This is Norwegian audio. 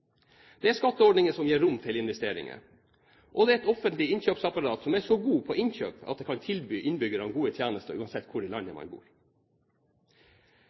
det er skatteordninger som gir rom til investeringer, og det er et offentlig innkjøpsapparat som er så godt på innkjøp at det kan tilby innbyggerne gode tjenester, uansett hvor i landet man bor.